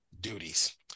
duties